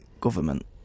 government